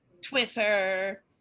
Twitter